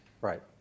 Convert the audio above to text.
right